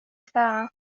ساعة